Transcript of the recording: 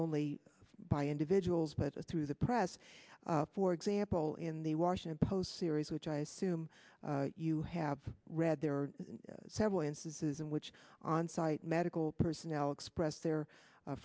only by individuals but through the press for example in the washington post series which i assume you have read there are several instances in which on site medical personnel express their